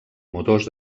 motors